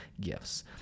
gifts